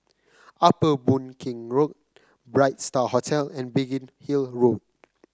Upper Boon Keng Road Bright Star Hotel and Biggin Hill Road